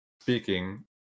speaking